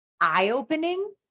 eye-opening